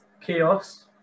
Chaos